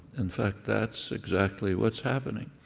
in fact, that's exactly what's happening.